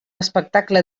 espectacle